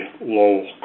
low